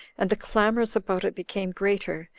and the clamors about it became greater,